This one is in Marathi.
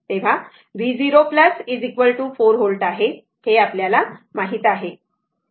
तर v0 4 व्होल्ट आहे हे आपल्याला माहीत आहे